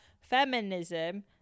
feminism